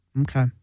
Okay